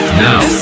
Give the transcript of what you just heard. now